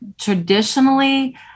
traditionally